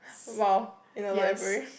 !wow! in a library